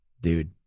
Dude